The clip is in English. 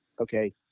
okay